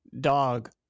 dog